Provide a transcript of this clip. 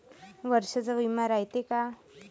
वर्षाचा बिमा रायते का?